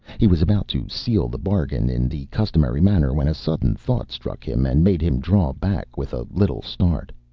he was about to seal the bargain in the customary manner when a sudden thought struck him and made him draw back with a little start.